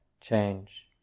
change